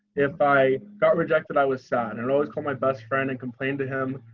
if i got rejected, i was sad and always call my best friend and complained to him.